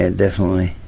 and definitely.